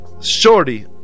Shorty